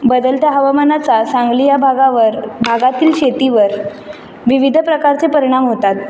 बदलत्या हवामानाचा सांगली या भागावर भागातील शेतीवर विविध प्रकारचे परिणाम होतात